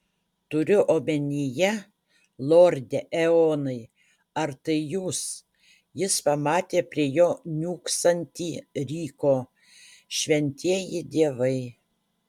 turiu omenyje lorde eonai ar tai jūs jis pamatė prie jo niūksantį ryko šventieji dievai